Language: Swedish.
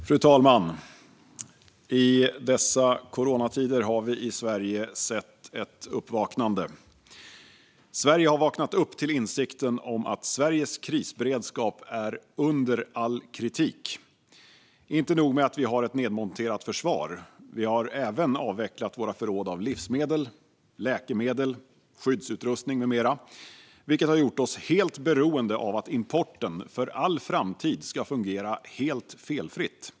Fru talman! I dessa coronatider har vi i Sverige sett ett uppvaknande. Sverige har vaknat upp till insikten att landets krisberedskap är under all kritik. Inte nog med att vi har ett nedmonterat försvar; vi har även avvecklat våra förråd av livsmedel, läkemedel, skyddsutrustning med mera. Det har gjort oss helt beroende av att importen för all framtid ska fungera helt felfritt.